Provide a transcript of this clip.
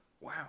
Wow